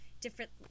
different